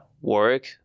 work